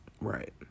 Right